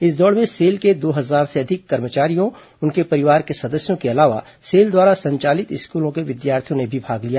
इस दौड में सेल के दो हजार से अधिक कर्मचारियों उनके परिवार के सदस्यों के अलावा सेल द्वारा संचालित स्कूलों के विद्यार्थियों ने भी भाग लिया